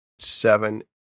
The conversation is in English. Seven